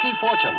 Fortune